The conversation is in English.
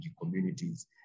communities